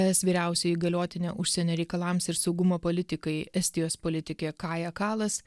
es vyriausioji įgaliotinė užsienio reikalams ir saugumo politikai estijos politikė kaja kalas